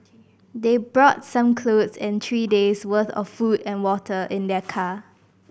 they brought some clothes and three days worth of food and water in their car